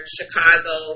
Chicago